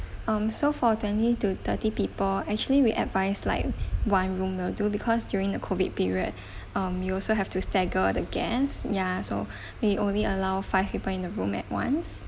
um so for twenty to thirty people actually we advise like one room will do because during the COVID period um you also have to stagger the guests ya so may only allow five people in the room at once